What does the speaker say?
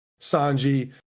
sanji